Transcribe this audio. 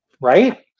Right